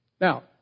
Now